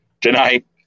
tonight